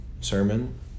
sermon